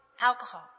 alcohol